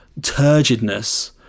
turgidness